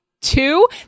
two